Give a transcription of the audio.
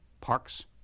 parks